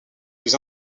plus